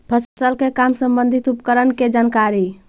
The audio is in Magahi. फसल के काम संबंधित उपकरण के जानकारी?